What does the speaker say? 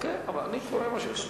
אבל אני קורא מה שכתוב לי.